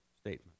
statement